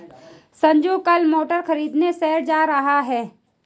संजू कल मोटर खरीदने शहर जा रहा है